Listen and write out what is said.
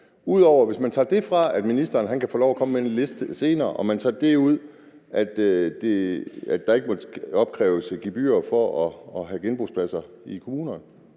Hvis man tager det fra, at ministeren kan få lov til at komme med en liste senere, og man tager det ud, at der ikke må opkræves gebyrer for at have genbrugspladser i kommunerne